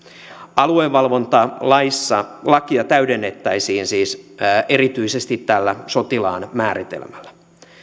aluevalvontalaissa lakia täydennettäisiin siis erityisesti tällä sotilaan määritelmällä